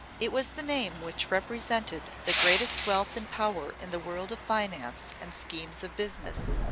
it was the name which represented the greatest wealth and power in the world of finance and schemes of business.